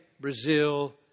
Brazil